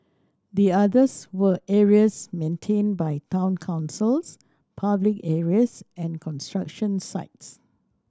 the others were areas maintained by town councils public areas and construction sites